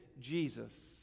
Jesus